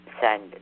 send